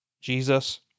Jesus